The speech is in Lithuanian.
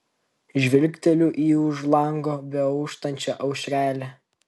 žvilgteliu į už lango beauštančią aušrelę